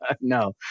no